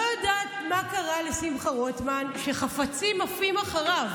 אני לא יודעת מה קרה לשמחה רוטמן שחפצים עפים אחריו.